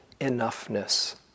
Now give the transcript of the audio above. enoughness